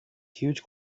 huge